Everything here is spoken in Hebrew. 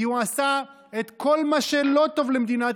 כי הוא עשה את כל מה שלא טוב למדינת